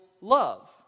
love